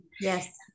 Yes